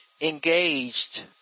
engaged